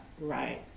right